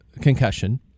concussion